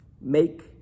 Make